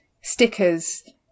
stickers